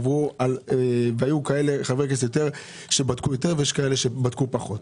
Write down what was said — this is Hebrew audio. היו חברי כנסת שבדקו יותר והיו שבדקו פחות.